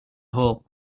whole